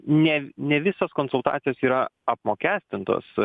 ne ne visos konsultacijos yra apmokestintos